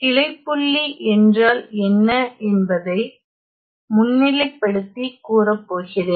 கிளைப்புள்ளி என்றால் என்ன என்பதை முன்னிலைப்படுத்தி கூறப்போகிறேன்